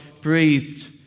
breathed